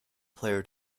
player